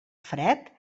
fred